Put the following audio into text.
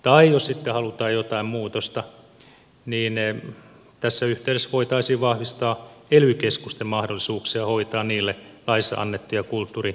tai jos sitten halutaan jotain muutosta niin tässä yhteydessä voitaisiin vahvistaa ely keskusten mahdollisuuksia hoitaa niille laissa annettuja kulttuurinedistämistehtäviä